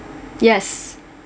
yes